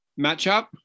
matchup